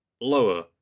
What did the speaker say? lower